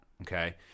okay